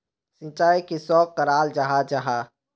सिंचाई किसोक कराल जाहा जाहा?